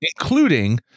including